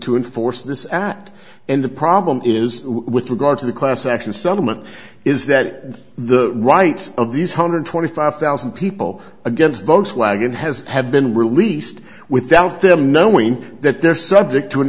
enforce this act and the problem is with regard to the class action settlement is that the rights of these hundred twenty five thousand people against both swag and has have been released without them knowing that they're subject to an